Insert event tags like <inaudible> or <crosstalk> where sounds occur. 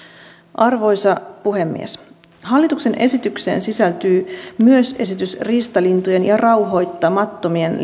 arvoisa puhemies hallituksen esitykseen sisältyy myös esitys riistalintujen ja rauhoittamattomien <unintelligible>